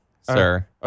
sir